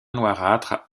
noirâtre